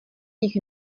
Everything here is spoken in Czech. nich